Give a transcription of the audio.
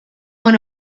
went